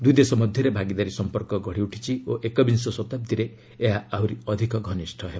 ଦୁଇ ଦେଶ ମଧ୍ୟରେ ଭାଗିଦାରୀ ସମ୍ପର୍କ ଗଢ଼ି ଉଠିଛି ଓ ଏକବିଂଶ ଶତାବ୍ଦୀରେ ଏହା ଆହୁରି ଅଧିକ ଘନିଷ୍ଠ ହେବ